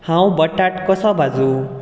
हांव बटाट कसो भाजूं